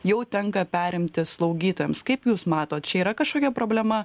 jau tenka perimti slaugytojams kaip jūs matot čia yra kažkokia problema